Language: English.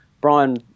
Brian